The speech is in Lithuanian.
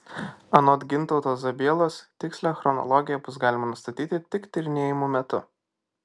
anot gintauto zabielos tikslią chronologiją bus galima nustatyti tik tyrinėjimų metu